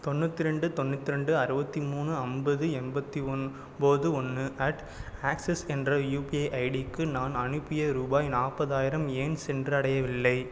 தொண்ணூற்றி ரெண்டு தொண்ணூற்றி ரெண்டு அறுபத்தி மூணு அம்பது எண்பத்தி ஒன்போது ஒன்று அட் ஆக்சிஸ் என்ற யுபிஐ ஐடிக்கு நான் அனுப்பிய ரூபாய் நாற்பதாயிரம் ஏன் சென்றடையவில்லை